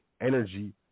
energy